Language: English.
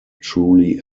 truly